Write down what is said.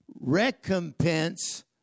Recompense